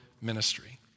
ministry